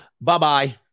Bye-bye